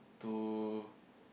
two